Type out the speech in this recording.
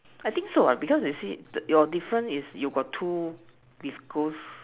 I think so lah because you see your difference is you got two with ghost